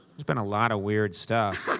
there's been a lot of weird stuff.